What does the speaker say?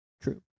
True